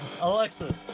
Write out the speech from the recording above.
Alexa